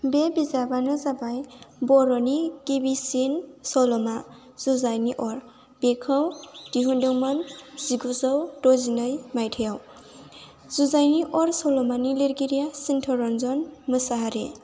बे बिजाबानो जाबाय बर'नि गिबिसिन सल'मा जुजाइनि अर बेखौ दिहुनदोंमोन जिगुजौ द'जिनै मायथाइयाव जुजाइनि अर सल'मानि लिरगिरिया सित्तरन्जन मोसाहारि